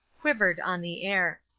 quivered on the air.